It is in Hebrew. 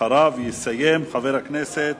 אחריו, יסיים, חבר הכנסת